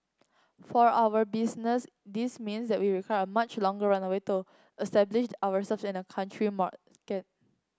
for our business this means that we a much longer runway to establish ourselves in that country market